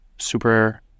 Super